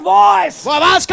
voice